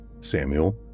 Samuel